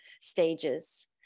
stages